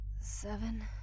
Seven